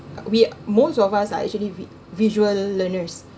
we most of us are actually vi~ visual learners